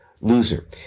loser